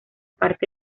parte